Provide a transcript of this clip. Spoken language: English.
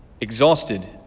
exhausted